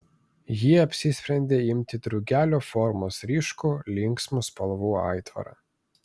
ji apsisprendė imti drugelio formos ryškų linksmų spalvų aitvarą